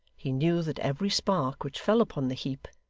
he knew that every spark which fell upon the heap,